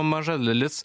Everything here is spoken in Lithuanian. maža dalis